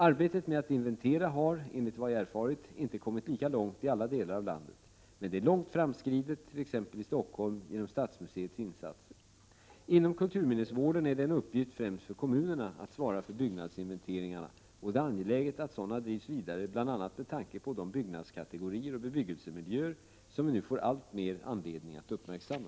Arbetet med att inventera har — enligt vad jag erfarit — inte kommit lika långt i alla delar av landet, men det är långt framskridet i t.ex. Stockholm, genom stadsmuseets insatser. Inom kulturminnesvården är det en uppgift främst för kommunerna att svara för byggnadsinventeringarna, och det är angeläget att sådana drivs vidare bl.a. med tanke på de byggnadskategorier och bebyggelsemiljöer som vi nu alltmer får anledning att uppmärksamma.